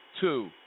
two